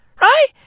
Right